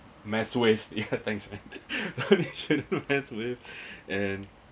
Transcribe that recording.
mess with yeah thanks man you shouldn't mess with